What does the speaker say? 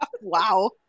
Wow